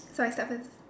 so I start first